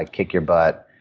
ah kick-your-butt